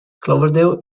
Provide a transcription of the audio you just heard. cloverdale